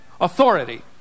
authority